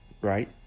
right